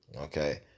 Okay